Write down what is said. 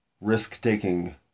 risk-taking